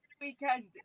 weekend